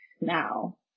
now